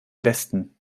westen